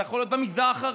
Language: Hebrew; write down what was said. זה יכול להיות במגזר החרדי,